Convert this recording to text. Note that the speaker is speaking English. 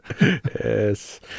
Yes